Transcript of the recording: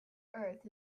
earth